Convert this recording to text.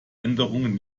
änderungen